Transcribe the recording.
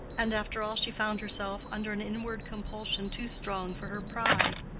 and after all she found herself under an inward compulsion too strong for her pride.